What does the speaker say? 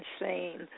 insane